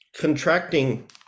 contracting